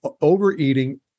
overeating